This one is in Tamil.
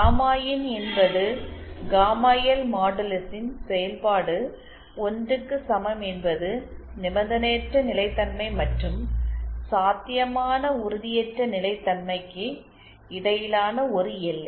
காமா இன் என்பது காமா எல் மாடுலஸின் செயல்பாடு 1 க்கு சமம் என்பது நிபந்தனையற்ற நிலைத்தன்மை மற்றும் சாத்தியமான உறுதியற்ற நிலைதன்மைக்கு இடையிலான ஒரு எல்லை